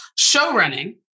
Showrunning